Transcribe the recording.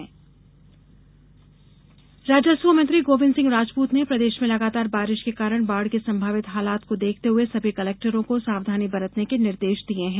बाढ़ निर्देश राजस्व मंत्री गोविंद सिंह राजपूत ने प्रदेश में लगातार बारिश के कारण बाढ़ के संभावित हालात को देखते हए सभी कलेक्टरों को सावधानी बरतने के निर्देश दिये हैं